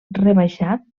rebaixat